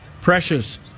Precious